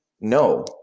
no